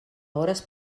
hores